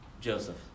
Joseph